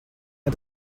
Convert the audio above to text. and